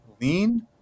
lean